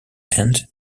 end